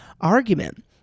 argument